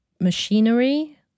machinery